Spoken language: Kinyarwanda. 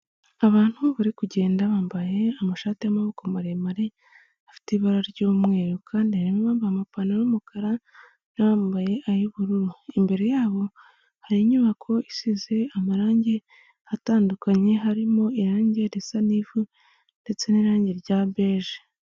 Abantu bari kugenda bambaye amashati y'amaboko maremare afite ibara ry'umweru, kandi harimo abambaye amapantaro y'umukara bambaye ay'ubururu, imbere yabo hari inyubako isize amarangi atandukanye harimo irangi risa n'ivu, ndetse n'irangi rya beje.